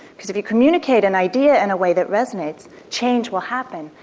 because if you communicate an idea in a way that resonates, change will happen,